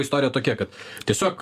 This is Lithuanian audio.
istorija tokia kad tiesiog